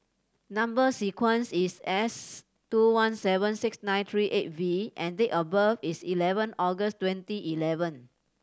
number sequence is S two one seven six nine three eight V and date of birth is eleven August twenty eleven